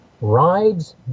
rides